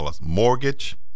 Mortgage